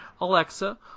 Alexa